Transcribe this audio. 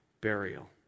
burial